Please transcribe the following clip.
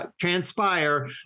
transpire